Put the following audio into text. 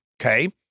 Okay